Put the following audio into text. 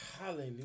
Hallelujah